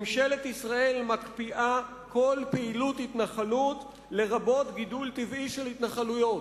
ממשלת ישראל מקפיאה כל פעילות התנחלות לרבות גידול טבעי של התנחלויות".